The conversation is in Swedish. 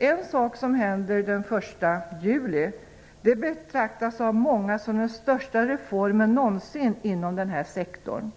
En sak som händer den 1 juli betraktas av många som den största reformen någonsin inom den här sektorn.